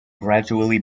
gradually